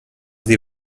sie